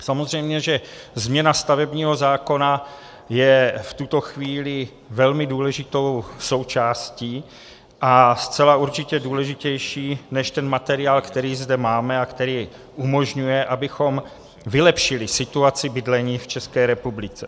Samozřejmě že změna stavebního zákona je v tuto chvíli velmi důležitou součástí a zcela určitě důležitější než materiál, který zde máme a který umožňuje, abychom vylepšili situaci bydlení v České republice.